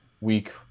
week